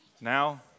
Now